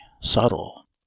subtle